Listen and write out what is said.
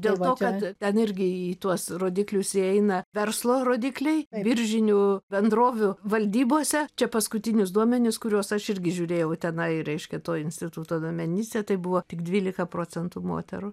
dėl to kad ten irgi į tuos rodiklius įeina verslo rodikliai biržinių bendrovių valdybose čia paskutinius duomenis kuriuos aš irgi žiūrėjau tenai reiškia to instituto duomenyse tai buvo tik dvylika procentų moterų